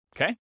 okay